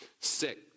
sick